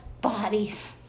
bodies